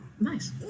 Nice